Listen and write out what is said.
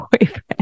boyfriend